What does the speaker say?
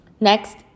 Next